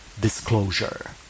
disclosure